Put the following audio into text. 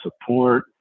support